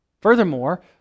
Furthermore